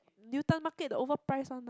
Newton Market the overpriced one